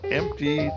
empty